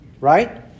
right